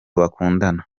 bakundana